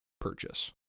purchase